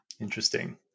interesting